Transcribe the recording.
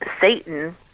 Satan